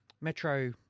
Metro